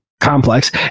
complex